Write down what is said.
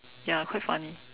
ya quite funny